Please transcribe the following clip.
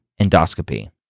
endoscopy